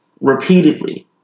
repeatedly